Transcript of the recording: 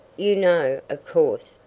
you know, of course,